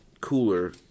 cooler